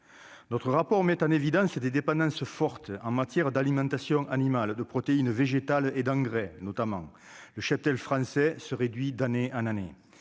notre rapport met en évidence, il y a des dépendances forte en matière d'alimentation animale de protéines végétales et d'engrais notamment le cheptel français se réduit d'année en année